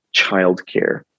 childcare